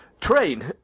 train